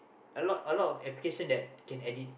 a lot a lot of application that can edit